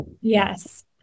Yes